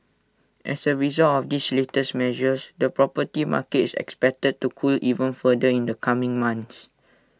as A result of these latest measures the property market is expected to cool even further in the coming months